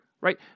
right